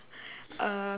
uh